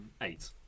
Eight